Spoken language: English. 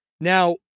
Now